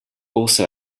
also